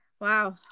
Wow